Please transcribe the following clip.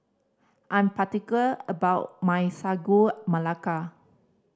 I'm particular about my Sagu Melaka